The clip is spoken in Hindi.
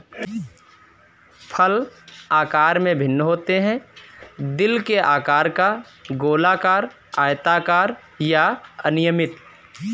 फल आकार में भिन्न होते हैं, दिल के आकार का, गोलाकार, आयताकार या अनियमित